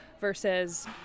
versus